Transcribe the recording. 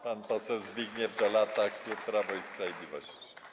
Pan poseł Zbigniew Dolata, klub Prawo i Sprawiedliwość.